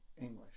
English